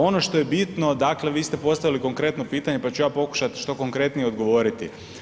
Ono što je bitno dakle vi ste postavili konkretno pitanje, pa ću ja pokušati što konkretnije odgovoriti.